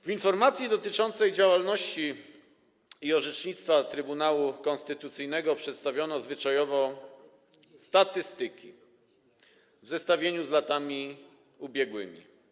W informacji dotyczącej działalności i orzecznictwa Trybunału Konstytucyjnego przedstawiono zwyczajowo statystyki w zestawieniu z latami ubiegłymi.